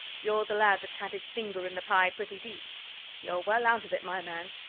you're the lad that's had his finger in the pie pretty deep you're well out of it, my man!